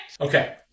Okay